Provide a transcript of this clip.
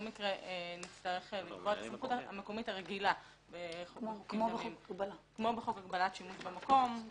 נצטרך לקבוע את הסמכות המקומית הרגילה כמו בחוק הגבלת שימוש במקום.